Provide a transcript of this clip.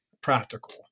practical